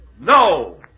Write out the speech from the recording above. No